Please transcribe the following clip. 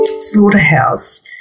slaughterhouse